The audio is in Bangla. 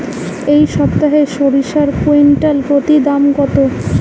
এই সপ্তাহে সরিষার কুইন্টাল প্রতি দাম কত?